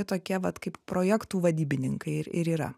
tokie vat kaip projektų vadybininkai ir ir yra